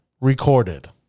recorded